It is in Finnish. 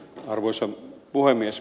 arvoisa puhemies